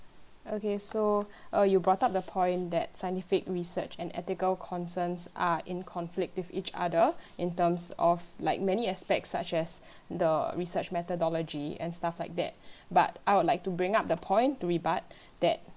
okay so err you bought up the point that scientific research and ethical concerns are in conflict with each other in terms of like many aspects such as the research methodology and stuff like that but I would like to bring up the point to rebut that